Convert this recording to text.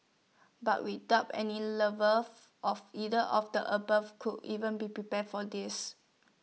but we doubt any lover of either of the above could even be prepared for this